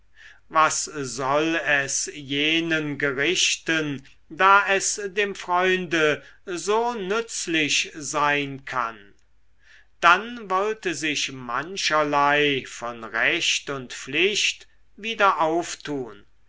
was soll es jenen gerichten da es dem freunde so nützlich sein kann dann wollte sich mancherlei von recht und pflicht wieder auftun